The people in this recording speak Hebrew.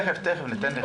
תכף ניתן לך.